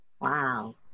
Wow